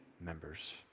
members